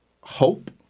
hope